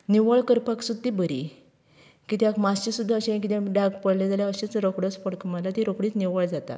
निवळ करपाक सुद्दां ती बरी कित्याक मात्शें सुद्दां अशें कितें डाग पडलें जाल्यार अशेंच रोखडोच फडको मारल्यार ती रोखडीच निवळ जाता